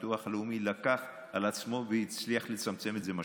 הביטוח הלאומי לקח על עצמו והצליח לצמצם את זה משמעותית.